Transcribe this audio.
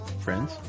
friends